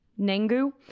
Nengu